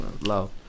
Love